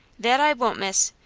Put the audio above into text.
that i won't, miss.